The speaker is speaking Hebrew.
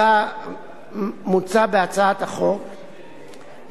מוצע בהצעת החוק,